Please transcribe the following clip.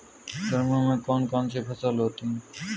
गर्मियों में कौन कौन सी फसल होती है?